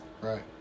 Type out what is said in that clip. Right